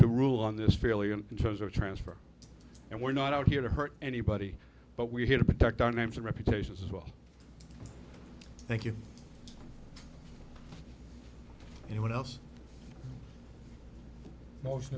to rule on this failure in terms of transfer and we're not out here to hurt anybody but we're here to protect our names and reputations as well thank you anyone else most of